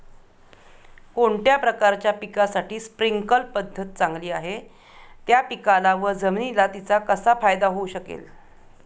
कोणत्या प्रकारच्या पिकासाठी स्प्रिंकल पद्धत चांगली आहे? त्या पिकाला व जमिनीला तिचा कसा फायदा होऊ शकेल?